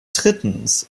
drittens